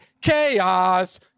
Chaos